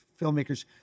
filmmakers